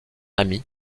ami